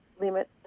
limit